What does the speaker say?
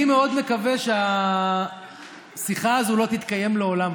אני מאוד מקווה שהשיחה הזו לא תתקיים לעולם.